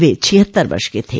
वे छिहत्तर वर्ष के थे